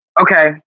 Okay